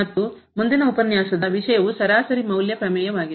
ಮತ್ತು ಮುಂದಿನ ಉಪನ್ಯಾಸದ ವಿಷಯವು ಸರಾಸರಿ ಮೌಲ್ಯ ಪ್ರಮೇಯವಾಗಿದೆ